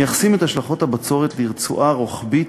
מייחסים את השלכות הבצורת לרצועה רוחבית